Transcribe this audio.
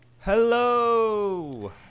Hello